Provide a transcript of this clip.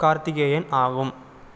கார்த்திகேயன் ஆகும்